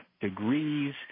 degrees